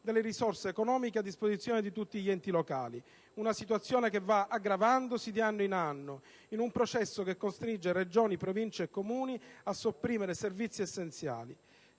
delle risorse economiche a disposizione di tutti gli enti locali: una situazione che va aggravandosi di anno in anno, in un processo che costringe Regioni, Province e Comuni a sopprimere servizi essenziali.